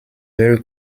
very